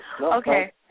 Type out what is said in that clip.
Okay